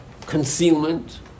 concealment